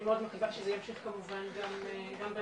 מאוד מקווה שזה ימשיך כמובן גם בהמשך,